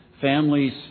Families